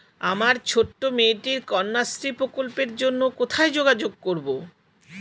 আমার ছোট্ট মেয়েটির কন্যাশ্রী প্রকল্পের জন্য কোথায় যোগাযোগ করব?